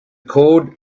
cord